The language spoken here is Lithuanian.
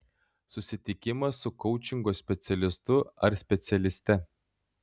susitikimas su koučingo specialistu ar specialiste